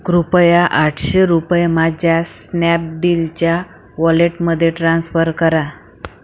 कृपया आठशे रुपये माझ्या स्नॅपडीलच्या वॉलेटमध्ये ट्रान्स्फर करा